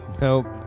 Nope